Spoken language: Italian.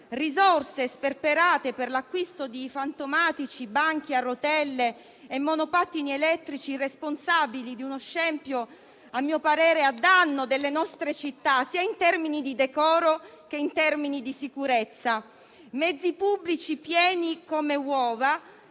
risorse sperperate per l'acquisto di fantomatici banchi a rotelle e monopattini elettrici, responsabili - a mio parere - di uno scempio a danno delle nostre città in termini sia di decoro, che di sicurezza; mezzi pubblici pieni come uova.